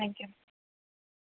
thank you